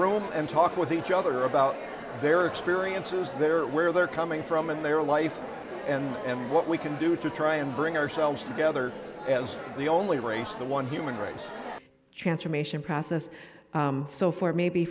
room and talk with each other about their experiences there where they're coming from in their life and and what we can do to try and bring ourselves together as the only race the one human rights transformation process so for maybe